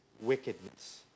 wickedness